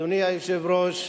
אדוני היושב-ראש,